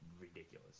ridiculous